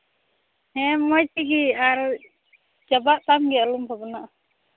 ᱦᱮᱸ ᱢᱚᱡᱽ ᱛᱮᱜᱮ ᱟᱨ ᱪᱟᱵᱟᱜ ᱛᱟᱢ ᱜᱮᱭᱟ ᱟᱞᱚᱢ ᱵᱷᱟᱵᱱᱟᱜᱼᱟ